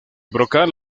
brocal